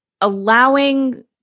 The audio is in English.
allowing